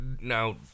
now